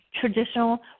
traditional